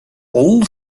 all